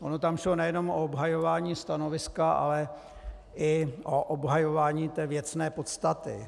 Ono tam šlo nejenom o obhajování stanoviska, ale i o obhajování věcné podstaty.